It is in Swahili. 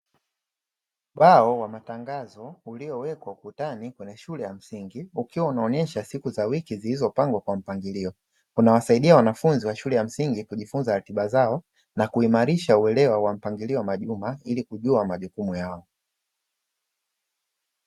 Ubao wa matangazo uliowekwa ukutani kwenye shule ya msingi ukiwa unaonyesha siku za wiki zilizopangwa kwa mpangilio, unawasaidia wanafunzi wa shule ya msingi kujifunza ratiba zao na kuimarisha uelewa wa mpangilio wa majuma ili kujua majukumu yao.